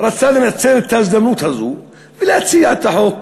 רצה לנצל את ההזדמנות הזאת ולהציע את החוק